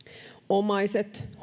omaiset